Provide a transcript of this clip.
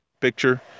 picture